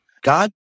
God